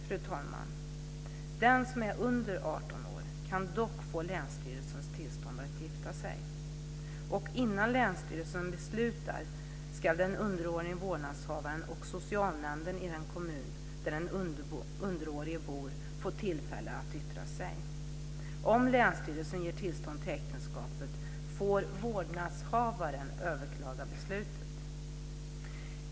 Fru talman! Den som är under 18 år kan dock få länsstyrelsens tillstånd att gifta sig. Innan länsstyrelsen beslutar ska den underåriges vårdnadshavare och socialnämnden i den kommun där den underårige bor få tillfälle att yttra sig. Om länsstyrelsen ger tillstånd till äktenskapet kan vårdnadshavaren överklaga beslutet.